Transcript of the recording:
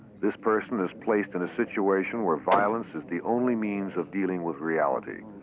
this person is placed in a situation where violence is the only means of dealing with reality.